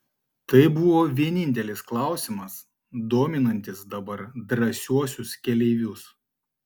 tai buvo vienintelis klausimas dominantis dabar drąsiuosius keleivius